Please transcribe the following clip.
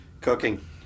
Cooking